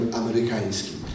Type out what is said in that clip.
amerykańskim